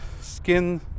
Skin